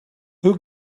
who